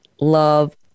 love